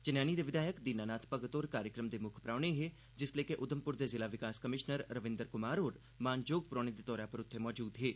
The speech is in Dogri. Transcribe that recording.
चनैनी दे विघायक दीना नाथ भगत होर कार्यक्रम दे मुक्ख परौह्ने हे जिसलै के उघमपुर दे जिला विकास कमिशनर रविंदर कुमार होर मानजोग परौहने दे तौर उप्पर उत्थे मौजूद हे